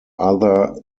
other